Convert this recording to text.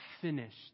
finished